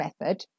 method